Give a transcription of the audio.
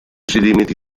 sedimenti